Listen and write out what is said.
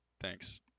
Thanks